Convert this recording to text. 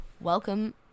Welcome